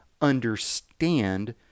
understand